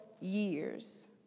years